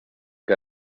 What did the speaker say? que